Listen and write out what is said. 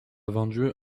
vendu